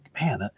man